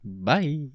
Bye